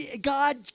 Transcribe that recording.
God